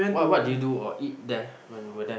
what what did you do or eat there when you were there